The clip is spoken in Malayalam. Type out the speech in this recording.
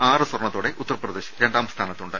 ആറ് സ്വർണത്തോടെ ഉത്തർപ്രദേശ് രണ്ടാംസ്ഥാനത്തുണ്ട്